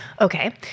Okay